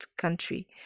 country